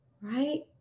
right